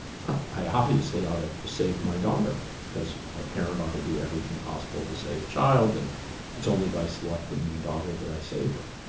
well i obviously ought to save my daughter because a parent ought to do everything possible to save a child, and it's only by selecting my daughter that i save her.